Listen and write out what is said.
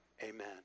Amen